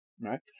right